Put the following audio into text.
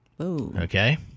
Okay